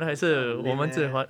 !wah! 这样很 lame eh